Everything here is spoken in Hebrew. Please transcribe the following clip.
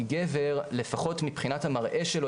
כי גבר לפחות מבחינת המראה שלו,